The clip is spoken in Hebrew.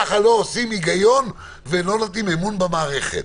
ככה לא עושים היגיון ולא נותנים אמון במערכת.